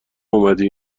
اومدی